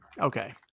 Okay